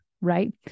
Right